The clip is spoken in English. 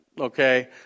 okay